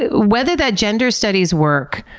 ah whether that gender studies work,